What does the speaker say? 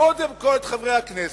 קודם כול את חברי הכנסת,